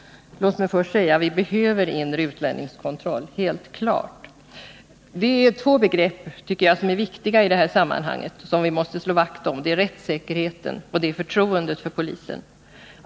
Låt mig först säga, att vi helt klart behöver inre utlänningskontroll. Jag menar att det i detta sammanhang finns två viktiga begrepp, som vi bör slå vakt om, nämligen rättssäkerheten och förtroendet för polisen.